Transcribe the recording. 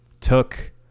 took